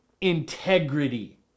Integrity